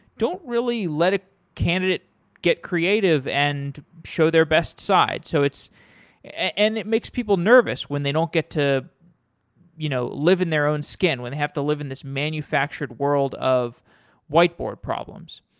don't really let a candidate get creative and show their best side so and it makes people nervous when they don't get to you know live in their own skin, when they have to live in this manufactured world of whiteboard problems.